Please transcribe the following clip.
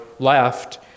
left